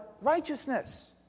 righteousness